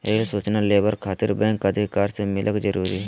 Rail सूचना लेबर खातिर बैंक अधिकारी से मिलक जरूरी है?